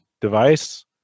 device